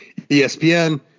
ESPN